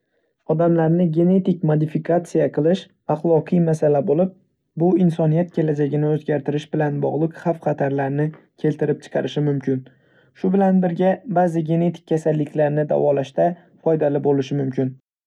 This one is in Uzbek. Odamlarni genetik modifikatsiya qilish axloqiy masala bo‘lib, bu insoniyat kelajagini o‘zgartirish bilan bog‘liq xavf-xatarlarni keltirib chiqarishi mumkin. Shu bilan birga, ba'zi genetik kasalliklarni davolashda foydali bo‘lishi mumkin.